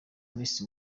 miss